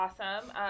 awesome